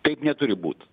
taip neturi būt